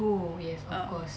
oh